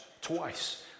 twice